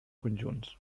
conjunts